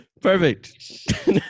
perfect